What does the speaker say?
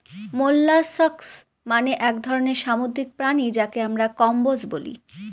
molluscs মানে এক ধরনের সামুদ্রিক প্রাণী যাকে আমরা কম্বোজ বলি